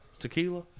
Tequila